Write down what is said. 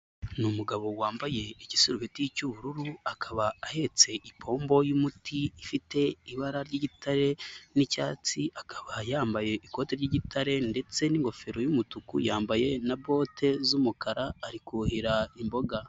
Ni umugabo wambaye igisirubeti cy'ubururu akaba ahetse ipombo y'umuti ifite ibara ry'igitare, n'icyatsi, akaba yambaye ikoti ry'igitare ndetse n'ingofero y'umutuku, yambaye na bote z'umukara ari kuhira imboga.